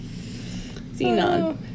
xenon